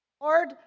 Lord